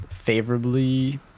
favorably